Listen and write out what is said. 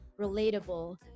relatable